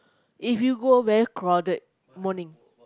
if you go very crowded morning